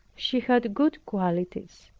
she had good qualities.